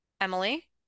Emily